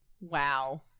Wow